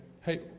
hey